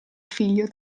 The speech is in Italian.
figlio